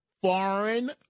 foreign